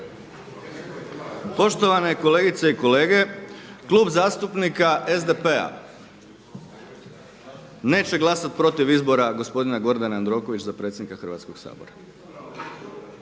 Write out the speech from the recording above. Poštovane kolegice i kolege Klub zastupnika SDP-a neće glasati protiv izbora gospodina Gordana Jandrokovića za predsjednika Hrvatskoga sabora.